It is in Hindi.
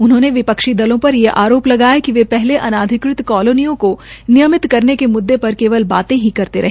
उन्होंने विपक्षी दलों पर ये आरोप लगाया कि कि वे पहले अनाधिकृत कालोनियों को नियमित करने के मुद्दे पर केवल बाते ही करते रहे